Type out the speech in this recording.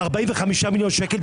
45 מיליון שקל,